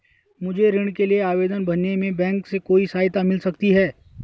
मुझे ऋण के लिए आवेदन भरने में बैंक से कोई सहायता मिल सकती है?